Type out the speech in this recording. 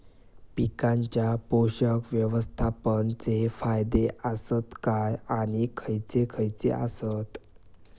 पीकांच्या पोषक व्यवस्थापन चे फायदे आसत काय आणि खैयचे खैयचे आसत?